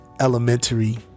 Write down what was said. elementary